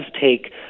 take